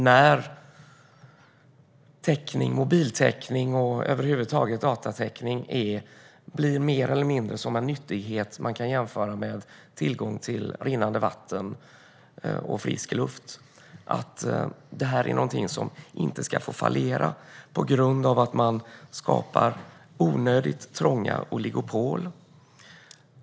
När mobil och datatäckning blir mer eller mindre som en nyttighet som man kan jämföra med tillgång till rinnande vatten och frisk luft får detta inte fallera på grund av att det skapas onödigt trånga oligopol.